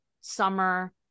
summer